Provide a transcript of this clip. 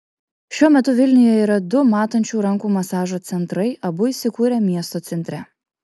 šiuo metu vilniuje yra du matančių rankų masažo centrai abu įsikūrę miesto centre